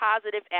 positive